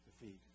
defeat